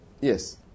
Yes